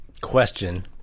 question